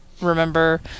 remember